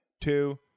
Two